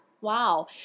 Wow